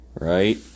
right